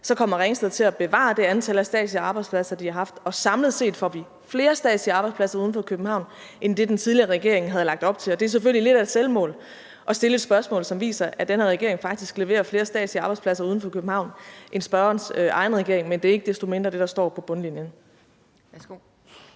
nu, kommer Ringsted til at bevare det antal af statslige arbejdspladser, de har haft, og samlet set får vi flere statslige arbejdspladser uden for København end det, den tidligere regering havde lagt op til. Det er selvfølgelig lidt af et selvmål at stille et spørgsmål, som viser, at den her regering faktisk leverer flere statslige arbejdspladser uden for København end spørgerens egen regering, men det er ikke desto mindre det, der står på bundlinjen.